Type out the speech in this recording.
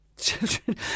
children